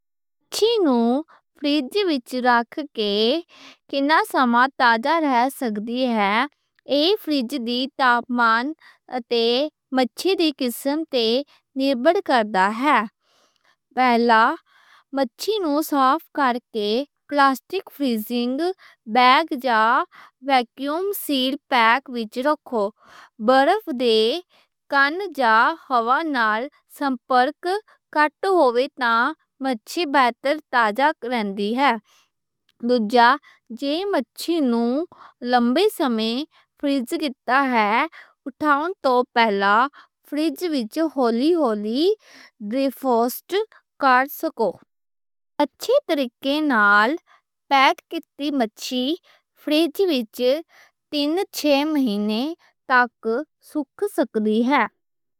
مچھلی نوں فریزر وِچ رکھ کے کِنّہ سمہ تازہ رہ سکدی ہے، ایہ فریزر دے ٹیمپریچر اتے مچھلی دی قسم تے نربھر کردا ہے۔ پہلا، مچھلی نوں صاف کرکے پلاسٹک فریزنگ بیگ جا ویکیوم سیلڈ پیک وِچ رکھو۔ برف دے کان جا ہوا نال سمپرک کٹ ہووے تاں مچھلی بہتر تازہ رہندی ہے۔ دوُجا، جے مچھلی نوں لمّے سمے فریز کیتا ہے، اٹھاؤن توں پہلا فریج وِچ ہولی ہولی ڈیفروسٹ کرو۔ اچھے طریقے نال پیک کِتی مچھلی فریزر وِچ کئی مہینے تک رہ سکدی ہے۔